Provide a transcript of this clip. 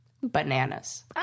Bananas